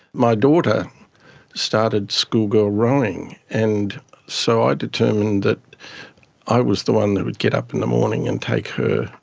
my daughter started school girl rowing, and so i determined that i was the one that would get up in the morning and take her.